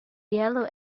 yellow